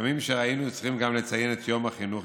הימים שהיינו צריכים גם לציין את יום החינוך,